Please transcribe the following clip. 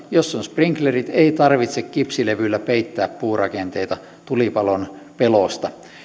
jos kerrostaloissa on sprinklerit ei tarvitse kipsilevyllä peittää puurakenteita tulipalon pelosta